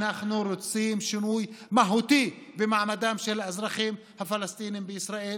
אנחנו רוצים שינוי מהותי במעמדם של האזרחים הפלסטינים בישראל,